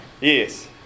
yes